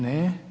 Ne.